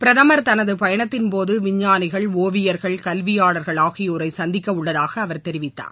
பிரதமர் தனது பயணத்தின் போது விஞ்ஞானிகள் ஓவியர்கள் கல்வியாளர்கள் ஆகியோரை சந்திக்கவுள்ளதாக அவர் தெரிவித்தார்